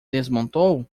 desmontou